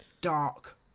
dark